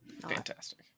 Fantastic